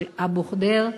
של אבו ח'דיר,